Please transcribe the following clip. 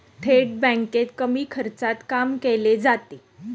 थेट बँकेत कमी खर्चात काम केले जाते